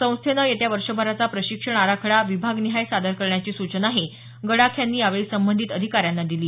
संस्थेनं येत्या वर्षभराचा प्रशिक्षण आराखडा विभागनिहाय सादर करण्याची सुचनाही गडाख यांनी यावेळी संबंधितांना दिली